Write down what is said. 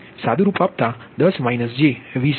જેથી 10 j20 યોગ્ય છે